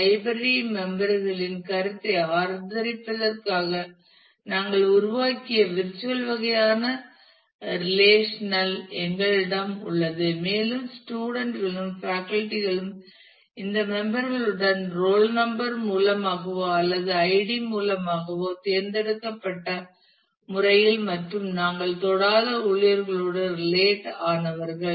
library member களின் கருத்தை ஆதரிப்பதற்காக நாங்கள் உருவாக்கிய virtual வகையான ரெலேஷன் எங்களிடம் உள்ளது மேலும் ஸ்டூடண்ட்ஸ் களும் பேக்கல்டி களும் இந்த மெம்பர் ளுடன் ரோல் நம்பர் மூலமாகவோ அல்லது ஐடி மூலமாகவோ தேர்ந்தெடுக்கப்பட்ட முறையில் மற்றும் நாங்கள் தொடாத ஊழியர்களோடு ரிலேட் ஆனவர்கள்